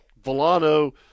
Volano